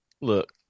look